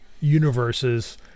universes